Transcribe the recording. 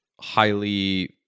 highly